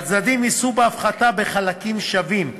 והצדדים יישאו בהפחתה בחלקים שווים.